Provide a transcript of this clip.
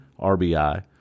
RBI